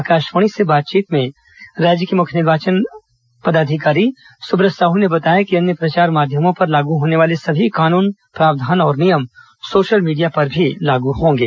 आकाशवाणी से बातचीत में राज्य के मुख्य निर्वाचन पदाधिकारी सुब्रत साहू ने बताया कि अन्य प्रचार माध्यमों पर लागू होने वाले सभी कानून प्रावधान और नियम सोशल मीडिया पर भी लागू होंगे